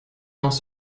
ans